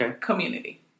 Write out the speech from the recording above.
community